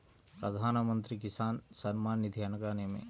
ప్రధాన మంత్రి కిసాన్ సన్మాన్ నిధి అనగా ఏమి?